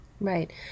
Right